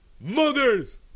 mothers